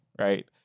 right